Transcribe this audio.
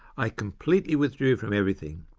i completely withdrew from everything,